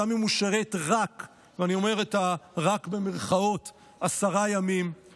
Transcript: ואז הוא